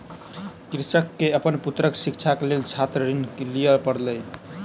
कृषक के अपन पुत्रक शिक्षाक लेल छात्र ऋण लिअ पड़ल